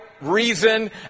reason